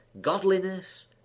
godliness